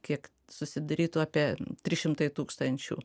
kiek susidarytų apie trys šimtai tūkstančių